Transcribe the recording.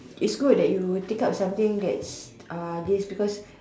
it's good that you take up something that's uh this because